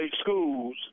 schools